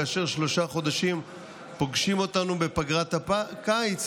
כאשר שלושה חודשים פוגשים אותנו בפגרת הקיץ,